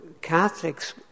Catholics